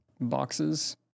boxes